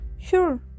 Sure